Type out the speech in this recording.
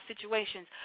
situations